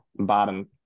bottom